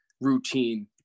routine